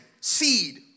seed